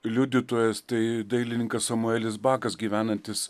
liudytojas tai dailininkas samuelis bakas gyvenantis